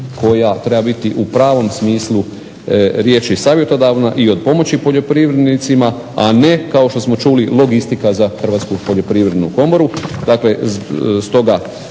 koja treba biti u pravnom smislu riječi savjetodavna i od pomoći poljoprivrednicima, a ne kao što smo čuli logistika za Hrvatsku poljoprivrednu komoru. Dakle, stoga